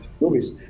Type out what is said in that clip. movies